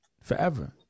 forever